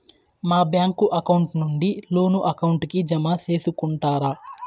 మా bank account నుండి loan account కి జామ సేసుకుంటారా?